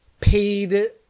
paid